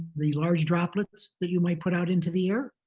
the large droplets that you might put out into the air,